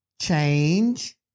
change